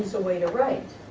so away to write